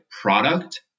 product